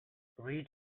read